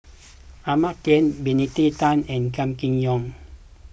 Ahmad Khan Benedict Tan and Kam Kee Yong